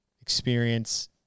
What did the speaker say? experience